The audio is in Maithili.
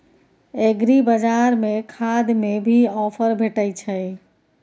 एग्रीबाजार में खाद में भी ऑफर भेटय छैय?